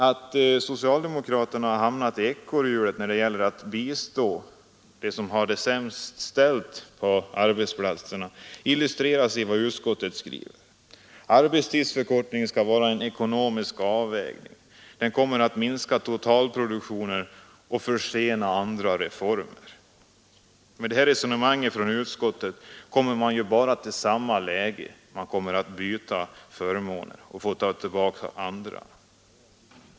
Att socialdemokraterna har hamnat i ekorrhjulet när det gäller att bistå dem som har det sämst ställt på arbetsplatserna illustreras av vad utskottet skriver: Arbetstidsförkortningen skall ses som en ekonomisk avvägningsfråga; den kommer att minska totalproduktionen och försena andra reformer. Med detta resonemang från utskottet hamnar man ju bara i samma läge — man kommer att byta en förmån mot en annan.